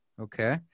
okay